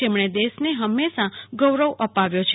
જેમણે દેશને હંમેશાં ગૌરવ અપાવ્યો છે